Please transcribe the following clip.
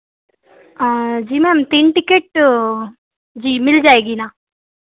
जी ma'am तीन ticket जी मिल जाएँगी ना